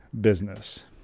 business